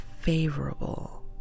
favorable